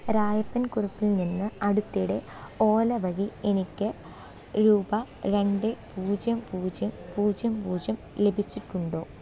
രായപ്പൻ കുറുപ്പിൽ നിന്ന് അടുത്തിടെ ഓല വഴി എനിക്ക് രൂപ രണ്ട് പൂജ്യം പൂജ്യം പൂജ്യം പൂജ്യം ലഭിച്ചിട്ടുണ്ടോ